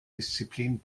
disziplin